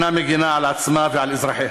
אינה מגִנה על עצמה ועל אזרחיה.